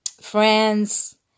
friends